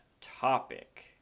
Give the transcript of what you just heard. topic